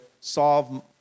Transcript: solve